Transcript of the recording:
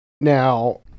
Now